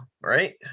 right